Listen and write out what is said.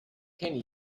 kenny